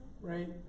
Right